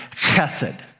chesed